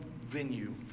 venue